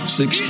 six